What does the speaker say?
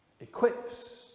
equips